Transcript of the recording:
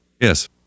Yes